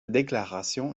déclaration